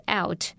out